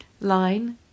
line